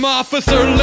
officer